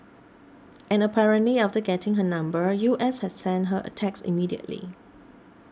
and apparently after getting her number U S had sent her a text immediately